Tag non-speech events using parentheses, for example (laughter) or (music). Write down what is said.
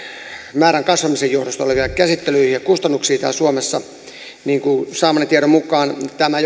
määrän kasvamisen johdosta oleviin käsittelyihin ja kustannuksiin täällä suomessa ja saamani tiedon mukaan tämä (unintelligible)